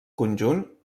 conjunt